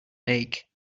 lake